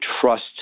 trust